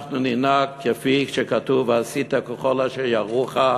אנחנו ננהג כפי שכתוב: "ועשית ככל אשר יורוך",